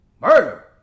murder